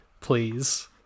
Please